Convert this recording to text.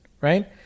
Right